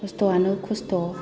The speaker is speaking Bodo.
खस्थ'वानो खस्थ'